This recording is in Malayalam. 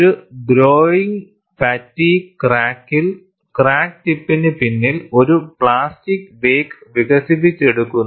ഒരു ഗ്രോയിങ്ങ് ഫാറ്റിഗ്ഗ് ക്രാക്കിൽ ക്രാക്ക് ടിപ്പിന് പിന്നിൽ ഒരു പ്ലാസ്റ്റിക് വേക്ക് വികസിപ്പിച്ചെടുക്കുന്നു